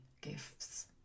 gifts